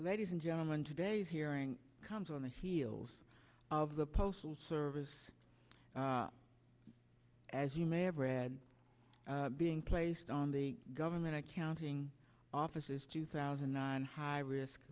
ladies and gentlemen today's hearing comes on the heels of the postal service as you may have read being placed on the government accounting office is two thousand nine h